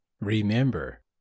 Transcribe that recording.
Remember